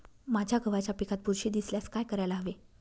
माझ्या गव्हाच्या पिकात बुरशी दिसल्यास काय करायला हवे?